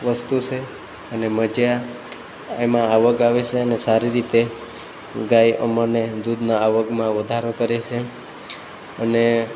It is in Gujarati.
વસ્તુ છે અને મજા એમાં આવક આવે છે અને સારી રીતે ગાય અમને દૂધનાં આવકમાં વધારો કરે છે અને